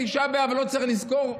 תשעה באב לא צריך לזכור,